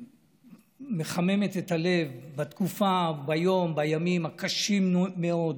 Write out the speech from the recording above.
שמחממת את הלב בתקופה, ביום, בימים הקשים מאוד,